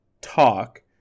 talk